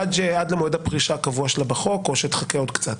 עד מועד הפרישה הקבוע שלה בחוק או שתחכה עוד קצת.